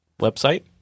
website